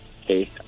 hey